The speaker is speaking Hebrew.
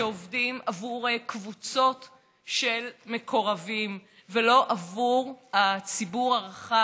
שעובדים עבור קבוצות של מקורבים ולא עבור הציבור הרחב,